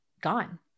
gone